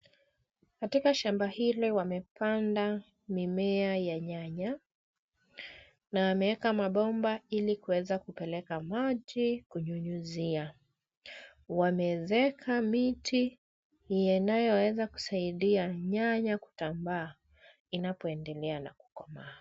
Katika shamba ile wamepanda mimea ya nyanya, na wameweka mabomba ili kuweza kupeleka maji kunyunyizia. Wameezeka miti yanayoweza kusaidia nyanya kutambaa inapoendelea na kukomaa.